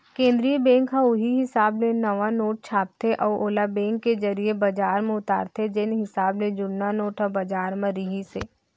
केंद्रीय बेंक ह उहीं हिसाब ले नवा नोट छापथे अउ ओला बेंक के जरिए बजार म उतारथे जेन हिसाब ले जुन्ना नोट ह बजार म रिहिस हे